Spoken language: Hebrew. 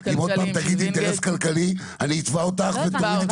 אם עוד פעם תגידי אינטרס כלכלי אני אתבע אותך ותורידי את החסינות שלך.